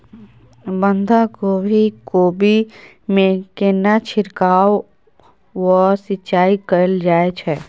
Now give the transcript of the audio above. बंधागोभी कोबी मे केना छिरकाव व सिंचाई कैल जाय छै?